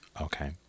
Okay